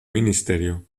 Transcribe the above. ministerio